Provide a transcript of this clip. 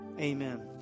Amen